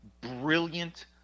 brilliant